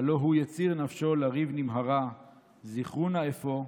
הלוא הוא יציר נפשו לריב נמהרה / זכרו נא אפוא,